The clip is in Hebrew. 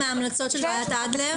זה חלק מההמלצות של ועדת אדלר.